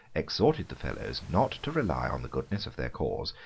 exhorted the fellows not to rely on the goodness of their cause,